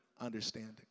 understanding